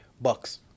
bucks